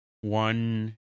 One